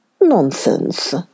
Nonsense